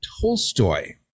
Tolstoy